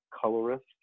colorist